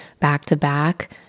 back-to-back